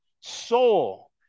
soul